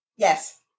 Yes